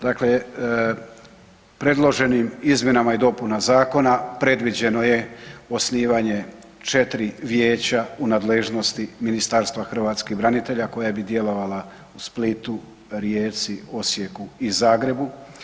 Dakle, predloženim izmjenama i dopuna zakona predviđeno je osnivanje 4 vijeća u nadležnosti Ministarstva hrvatskih branitelja koja bi djelovala u Splitu, Rijeci, Osijeku i Zagrebu.